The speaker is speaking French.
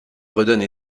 redonne